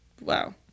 Wow